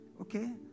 Okay